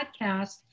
podcast